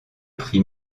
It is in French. prix